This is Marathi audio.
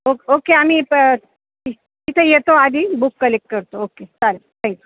ओक ओके आम्ही प तथे येतो आधी बुक कलेक्ट करतो ओके चालेल थँक्यू